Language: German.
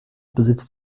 besitzt